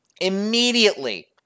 Immediately